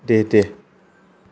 दे दे